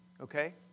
okay